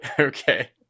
Okay